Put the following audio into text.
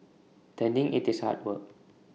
tending IT is hard work